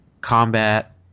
combat